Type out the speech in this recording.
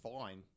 fine